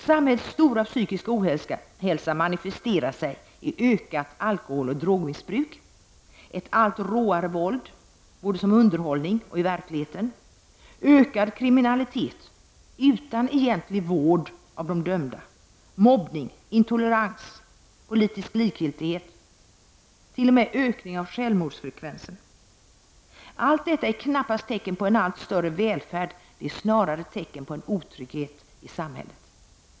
Samhällets stora psykiska ohälsa manifesterar sig i en ökning av alkoholoch drogmissbruket, ett allt råare våld både som underhållning och i verkligheten, ökad kriminalitet utan egentlig vård av de dömda, mobbning, intolerans, politisk likgiltighet och t.o.m. ökning av självmordsfrekvensen. Allt detta är knappast tecken på en allt större välfärd, snarare på en otrygghet i samhället.